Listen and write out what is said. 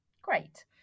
Great